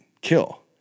kill